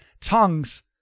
tongues